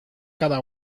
cada